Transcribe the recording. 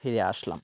ফিরে আসলাম